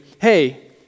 Hey